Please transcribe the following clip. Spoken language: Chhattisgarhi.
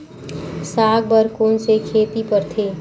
साग बर कोन से खेती परथे?